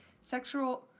sexual